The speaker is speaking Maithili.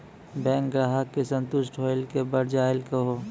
बैंक ग्राहक के संतुष्ट होयिल के बढ़ जायल कहो?